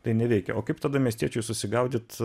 tai neveikia o kaip tada miestiečiui susigaudyt